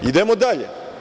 Idemo dalje.